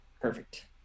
Perfect